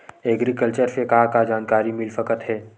Agriculture से का का जानकारी मिल सकत हे?